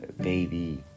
baby